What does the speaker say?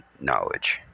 knowledge